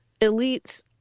Elites